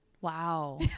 Wow